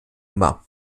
immer